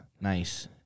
Nice